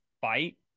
fight